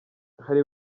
hari